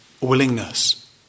willingness